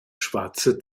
schwarze